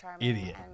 idiot